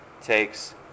takes